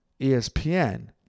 ESPN